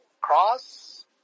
Cross